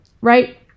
right